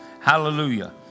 Hallelujah